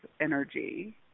energy